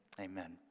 Amen